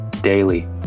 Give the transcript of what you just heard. daily